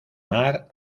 mar